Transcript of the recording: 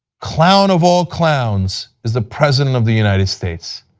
clown of all clowns is the president of the united states.